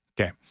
Okay